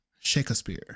Shakespeare